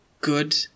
good